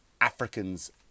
Africans